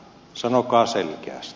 sanokaa selkeästi